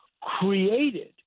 Created